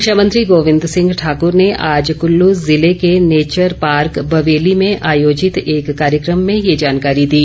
शिक्षा मंत्री गोविंद सिंह ठाकर ने आज कल्लू जिले के नेचर पार्क बवेली में आयोजित एक कार्यक्रम में ये जानकारी दी